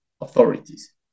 authorities